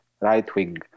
right-wing